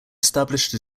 established